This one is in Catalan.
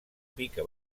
pica